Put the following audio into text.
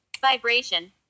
vibration